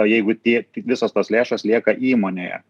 jeigu tie visos tos lėšos lieka įmonėje